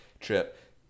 trip